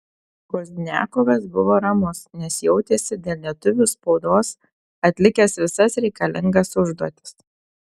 pozdniakovas buvo ramus nes jautėsi dėl lietuvių spaudos atlikęs visas reikalingas užduotis